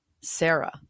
Sarah